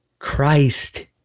Christ